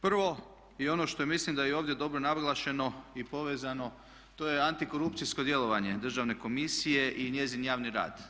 Prvo i ono što mislim da je i ovdje dobro naglašeno i povezano to je antikorupcijsko djelovanje državne komisije i njezin javni rad.